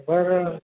बरं